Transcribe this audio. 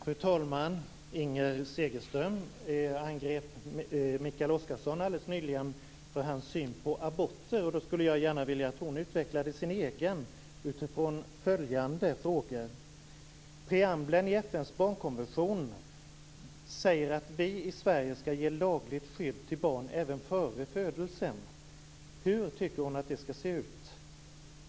Fru talman! Inger Segelström angrep Mikael Oscarsson alldeles nyligen för hans syn på aborter. Jag skulle gärna vilja att hon utvecklade sin egen utifrån följande frågor. Preambeln i FN:s barnkonvention säger att vi i Sverige skall ge lagligt skydd till barn även före födelsen. Hur tycker hon att det skall se ut?